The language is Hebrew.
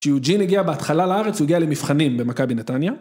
כשיוג'ין הגיע בהתחלה לארץ הוא הגיע למבחנים במכבי נתניה